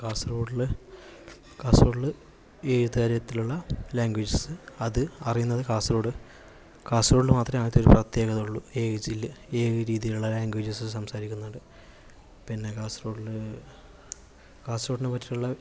കാസർഗോഡിൽ കാസർഗോഡിൽ ഏതു തരത്തിലുള്ള ലാംഗ്വേജ് അത് അറിയുന്നത് കാസർഗോഡ് കാസർഗോഡിൽ മാത്രമേ ആ ഒരു പ്രത്യേകതയുള്ളൂ ഏതു ജില്ലയിൽ ഏത് രീതിയിലുള്ള ലാംഗ്വേജുകൾ സംസാരിക്കുന്നത് പിന്നെ കാസർഗോഡിലെ കാസർഗോഡിനെ പറ്റിയുള്ള